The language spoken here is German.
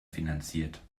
finanziert